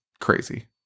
crazy